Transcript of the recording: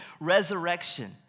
resurrection